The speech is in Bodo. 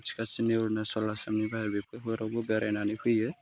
खाथि खाथिनि अरुणाचल आसामनिफ्राय बेफरावबो बेरायनानै फैयो